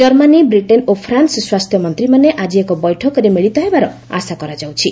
Germany Britain ଓ France ସ୍ୱାସ୍ଥ୍ୟମନ୍ତ୍ରୀମାନେ ଆଜି ଏକ ବୈଠକରେ ମିଳିତ ହେବାର ଆଶା କରାଯାଉଛି